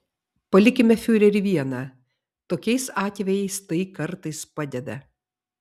palikime fiurerį vieną tokiais atvejais tai kartais padeda